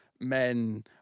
Men